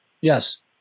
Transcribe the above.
Yes